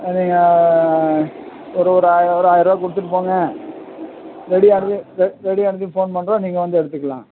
அதுங்க ஒரு ஒரு ஆயர் ஒரு ஆயர்ரூபா கொடுத்துட்டுப் போங்க ரெடியானதி ரெ ரெடியானதிம் ஃபோன் பண்ணுறோம் நீங்க ள்வந்து எடுத்துக்கலாம்